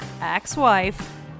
ex-wife